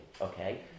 Okay